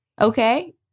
Okay